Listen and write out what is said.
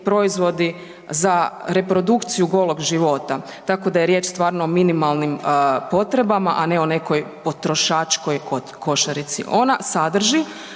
proizvodi za reprodukciju golog života. Tako da je riječ stvarno o minimalnim potrebama, a ne o nekoj potrošačkoj košarici. Ona sadrži